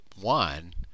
one